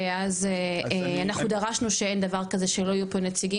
ואז אנחנו דרשנו שאין דבר כזה שלא יהיו פה נציגים,